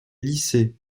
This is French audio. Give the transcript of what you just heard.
lycée